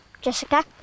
jessica